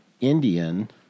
Indian